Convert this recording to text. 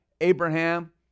Abraham